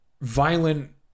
violent